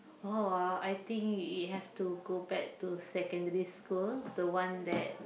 oh I think it have to go back to secondary school the one that